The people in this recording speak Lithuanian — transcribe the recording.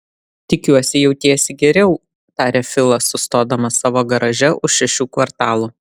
tikiuosi jautiesi geriau tarė filas sustodamas savo garaže už šešių kvartalų